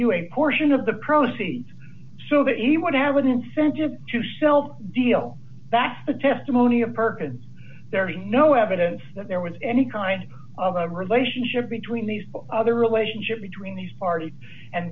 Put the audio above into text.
you a portion of the proceeds so that he would have an incentive to self deal that's the testimony of perkins there is no evidence that there was any kind of a relationship between these other relationships between these parties and